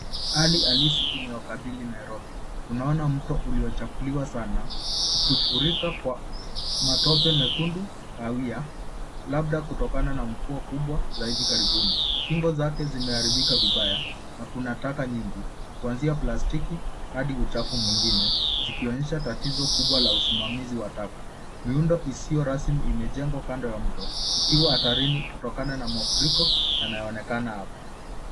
Hali haisi imewakabili Nairobi; unaona mto uliochafuliwa sana ukifurika kwa matope mekundu kahawia labda kutokana na mvua kubwa za hivi karibuni. Kingo zake zimeharibika vibaya na kuna taka nyingi kuanzia plastiki hadi uchafu mwingine zikionyesha tatizo kubwa la usimamizi wa taka. Miundo isiyo rasmi imejengwa kando ya mto ikiwa hatarini kutokana na mafuriko yanayoonekana hapa.